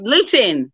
Listen